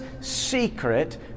secret